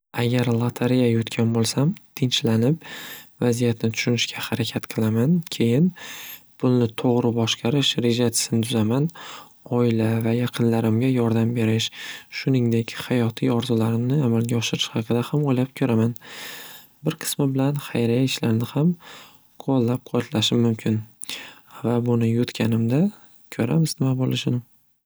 Agar lotareya yutgan bo'lsam tinchlanib vaziyatni tushunishga harakat qilaman keyin pulni to'g'ri boshqarish rejasini tuzaman oila va yaqinlarimga yordam berish shuningdek hayotiy orzularimni amalga oshirish haqida ham o'ylab ko'raman bir qismi bilan hayriya ishlarini ham qo'llab quvvatlashim mumkin va buni yutganimda ko'ramiz nima bo'lishini.